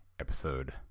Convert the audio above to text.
Episode